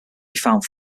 found